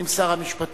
עם שר המשפטים,